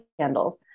candles